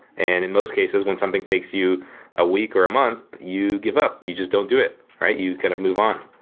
and in most cases, when something takes you a week or month, you give up. you just don't do it, you kind of move on.